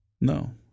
No